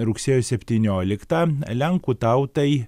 rugsėjo septynioliktą lenkų tautai